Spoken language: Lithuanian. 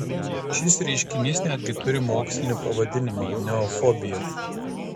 šis reiškinys netgi turi mokslinį pavadinimą neofobija